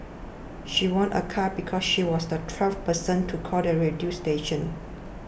she won a car because she was the twelfth person to call the radio station